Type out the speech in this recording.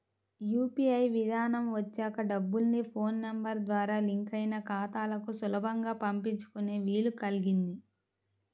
UPI విధానం వచ్చాక డబ్బుల్ని ఫోన్ నెంబర్ ద్వారా లింక్ అయిన ఖాతాలకు సులభంగా పంపించుకునే వీలు కల్గింది